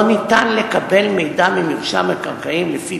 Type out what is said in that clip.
לא ניתן לקבל מידע ממרשם המקרקעין לפי